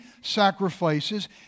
sacrifices